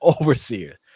overseer